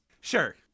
Sure